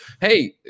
Hey